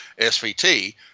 SVT